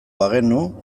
bagenu